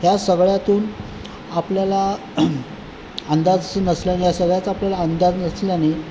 या सगळ्यातून आपल्याला अंदाज नसल्याने या सगळ्याचा आपल्याला अंदाज नसल्याने